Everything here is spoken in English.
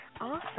Awesome